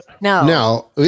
no